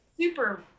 super